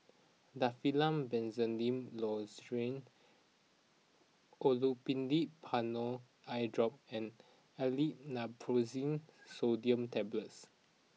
Difflam Benzydamine Lozenges Olopatadine Patanol Eyedrop and Aleve Naproxen Sodium Tablets